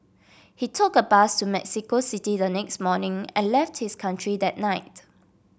he took a bus to Mexico City the next morning and left his country that night